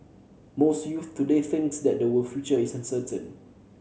most youths today think that their future is uncertain